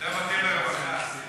יותר מתאים לרווחה.